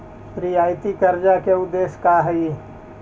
रियायती कर्जा के उदेश्य का हई?